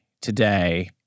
today